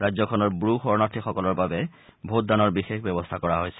ৰাজ্যখনৰ ব্ৰু শৰণাৰ্থিসকলৰ বাবে ভোটদানৰ বিশেষ ব্যৱস্থা কৰা হৈছে